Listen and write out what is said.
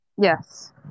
yes